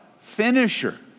finisher